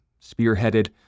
spearheaded